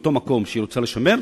באותו מקום שהיא רוצה לשמר,